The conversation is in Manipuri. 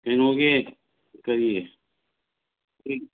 ꯀꯩꯅꯣꯒꯤ ꯀꯔꯤ ꯑꯩꯈꯣꯏꯒꯤ